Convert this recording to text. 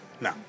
No